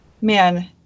Man